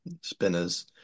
spinners